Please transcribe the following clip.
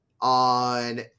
on